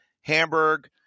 Hamburg